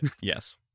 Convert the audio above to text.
yes